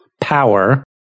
power